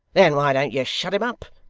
then why don't you shut him up?